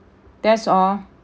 that's all